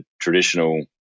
traditional